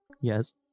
Yes